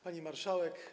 Pani Marszałek!